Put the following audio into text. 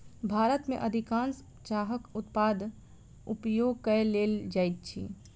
भारत में अधिकाँश चाहक उत्पाद उपयोग कय लेल जाइत अछि